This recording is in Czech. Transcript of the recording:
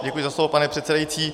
Děkuji za slovo, pane předsedající.